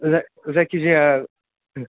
जाय जायखिजाया